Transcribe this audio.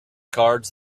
cards